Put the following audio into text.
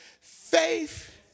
faith